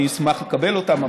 אני אשמח לקבל אותם,